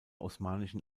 osmanischen